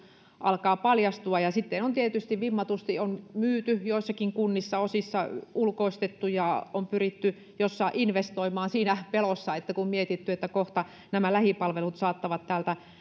alkaa paljastua ja sitten on tietysti vimmatusti myyty osassa on ulkoistettu ja on pyritty jossain investoimaan siinä pelossa kun on mietitty että kohta nämä lähipalvelut saattavat täältä